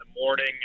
morning